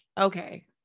okay